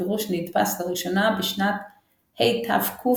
הפירוש נדפס לראשונה בשנת התקס"ג.